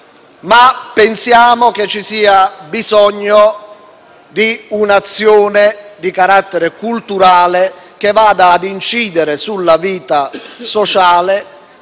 ma pensiamo che ci sia bisogno di un'azione di carattere culturale, che vada ad incidere sulla vita sociale,